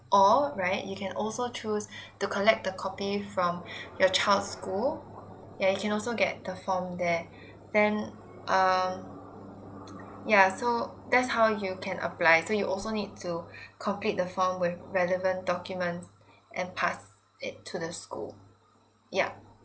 or right you can also choose to collect the copy from your child's school ya you can also get the form there then um yeah so that's how you can apply so you also need to complete the form with relevant documents and pass it to the school yup